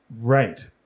Right